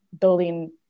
building